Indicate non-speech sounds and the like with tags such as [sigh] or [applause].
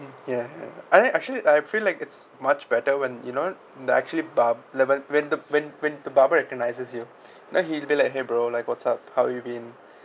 mm ya ya ya I actually I feel like it's much better when you know the actually bar~ like when the when when the barber recognises you [breath] you know he'll be like !hey! bro like what's up how you been [breath]